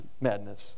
madness